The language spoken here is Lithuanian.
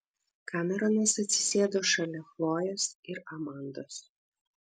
kameronas atsisėdo šalia chlojės ir amandos